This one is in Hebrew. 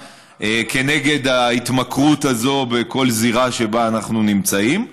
כנגד ההתמכרות הזאת בכל זירה שבה אנחנו נמצאים,